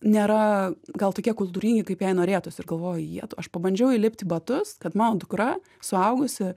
nėra gal tokie kultūringi kaip jai norėtųsi ir galvoju jetau aš pabandžiau įlipt į batus kad mano dukra suaugusi